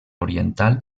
oriental